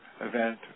event